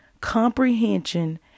comprehension